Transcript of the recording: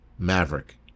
Maverick